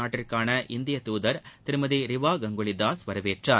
நாட்டிற்கான இந்தியத்துதர் திருமதி ரிவா கங்குலிதாஸ் வரவேற்றார்